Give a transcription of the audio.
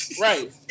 Right